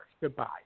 Goodbye